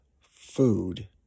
food